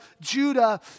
Judah